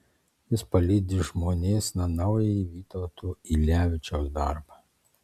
jis palydi žmonėsna naująjį vytauto ylevičiaus darbą